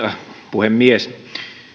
puhemies